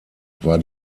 war